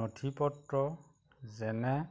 নথিপত্ৰ যেনে